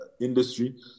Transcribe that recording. industry